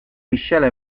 miscela